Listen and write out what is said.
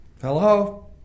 Hello